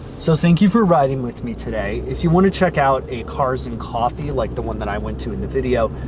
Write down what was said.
so thank you for riding with me today. if you want to check out a cars and coffee like the one i went to in the video,